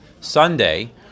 Sunday